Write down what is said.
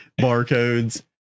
barcodes